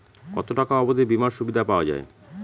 কত টাকা অবধি বিমার সুবিধা পাওয়া য়ায়?